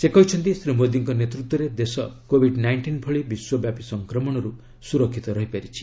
ସେ କହିଛନ୍ତି ଶ୍ରୀ ମୋଦୀଙ୍କ ନେତୃତ୍ୱରେ ଦେଶ କୋବିଡ୍ ନାଇଷ୍ଟିନ୍ ଭଳି ବିଶ୍ୱବ୍ୟାପି ସଂକ୍ରମଣରୁ ସୁରକ୍ଷିତ ରହିପାରିଛି